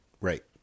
right